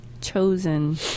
chosen